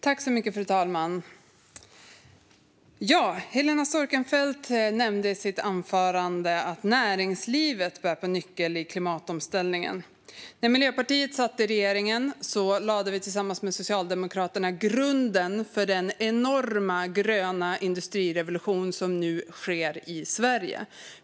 Fru talman! Ledamoten Helena Storckenfeldt nämnde i sitt anförande att näringslivet bär på nyckeln i klimatomställningen. När Miljöpartiet satt i regeringen lade vi tillsammans med Socialdemokraterna grunden för den enorma gröna industrirevolution som nu sker i Sverige.